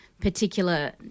particular